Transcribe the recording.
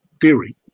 theory